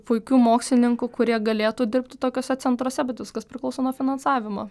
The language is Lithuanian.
puikių mokslininkų kurie galėtų dirbti tokiuose centruose bet viskas priklauso nuo finansavimo